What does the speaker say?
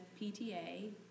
PTA